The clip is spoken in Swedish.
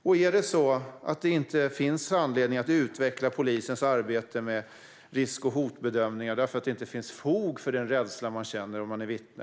Och finns det inte anledning att utveckla polisens arbete med risk och hotbedömningar därför att det inte finns fog för den rädsla man känner som vittne?